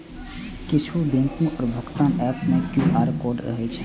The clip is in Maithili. किछु बैंकिंग आ भुगतान एप मे क्यू.आर कोड रहै छै